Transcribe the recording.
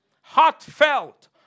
heartfelt